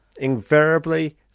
invariably